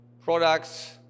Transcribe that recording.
products